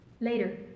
Later